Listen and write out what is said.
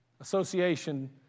association